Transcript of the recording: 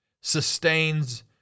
sustains